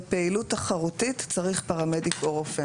בפעילות תחרותית צריך פרמדיק או רופא.